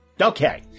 Okay